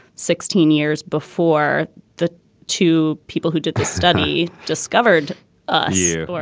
sixteen years before the two people who did this study discovered a new